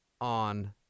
on